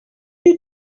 you